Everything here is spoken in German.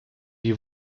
die